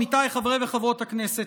עמיתיי חברי וחברות הכנסת,